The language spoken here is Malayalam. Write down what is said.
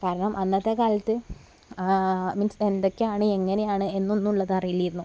കാരണം അന്നത്തെ കാലത്ത് മീൻസ് എന്തൊക്കെയാണ് എങ്ങനെയാണ് എന്നൊന്നുള്ളത് അറിയില്ലായിരുന്നു